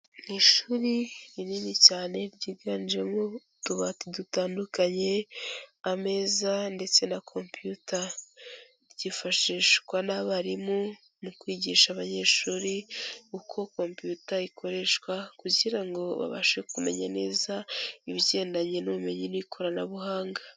Ni ishuri rinini cyane ryiganjemo utubati dutandukanye, ameza ndetse na komputa, ryifashishwa n'abarimu mu kwigisha abanyeshuri uko komputa ikoreshwa kugira ngo babashe kumenya neza ibigendanye n'ubumenyi n'ikoranabuhanga.